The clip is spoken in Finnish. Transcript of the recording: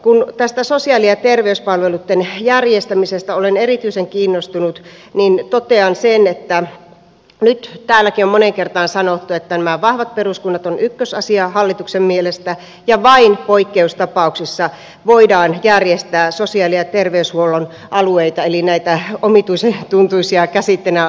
kun tästä sosiaali ja terveyspalveluitten järjestämisestä olen erityisen kiinnostunut niin totean sen että nyt täälläkin on moneen kertaan sanottu että nämä vahvat peruskunnat ovat ykkösasia hallituksen mielestä ja vain poikkeustapauksissa voidaan järjestää sosiaali ja terveyshuollon alueita eli näitä omituisen tuntuisia käsitteenä huonon tuntuisia sote alueita